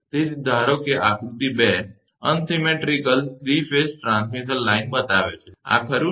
તેથી આકૃતિ 2 unsymmetrical 3 phase transmission line બતાવે છે આ ખરુ ને